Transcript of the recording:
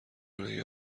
نگه